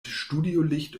studiolicht